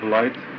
light